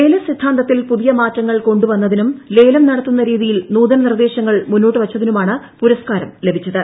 ലേല സിദ്ധാന്തത്തിൽ പുതിയ മാറ്റങ്ങൾ കൊണ്ടുവന്നതിനും ലേലം നടത്തുന്ന രീതിയിൽ നൂതന നിർദേശങ്ങൾ മുന്നോട്ട് വച്ചതിനുമാണ് പരുസ്കാരം ലഭിച്ചത്